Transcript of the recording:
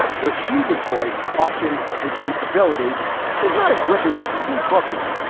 where she would voice caution and sensibility is not a gripping tv booking.